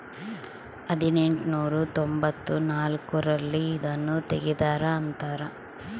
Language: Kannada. ಹದಿನೆಂಟನೂರ ತೊಂಭತ್ತ ನಾಲ್ಕ್ ರಲ್ಲಿ ಇದುನ ತೆಗ್ದಾರ ಅಂತ